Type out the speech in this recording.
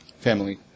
Family